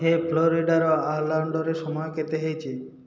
ହେ ଫ୍ଲୋରିଡ଼ାର ଅର୍ଲାଣ୍ଡୋରେ ସମୟ କେତେ ହୋଇଛି